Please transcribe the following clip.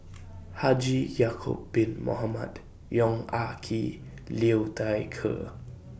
Haji Ya'Acob Bin Mohamed Yong Ah Kee Liu Thai Ker